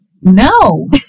No